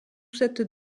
cette